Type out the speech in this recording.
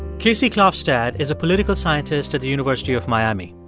casey klofstad is a political scientist at the university of miami.